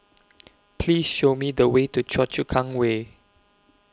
Please Show Me The Way to Choa Chu Kang Way